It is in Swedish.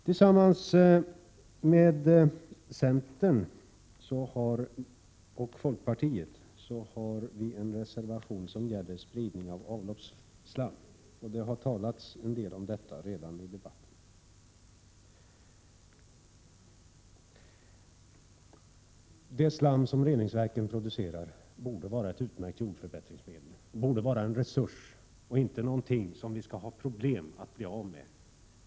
Tillsammans med centern och folkpartiet har vi en reservation som gäller spridning av avloppsslam. Det har redan talats en hel del om detta i debatten. Det slam som reningsverken producerar borde vara ett utmärkt jordförbättringsmedel, en resurs, inte ett problem som vi skall försöka bli av med.